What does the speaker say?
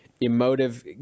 emotive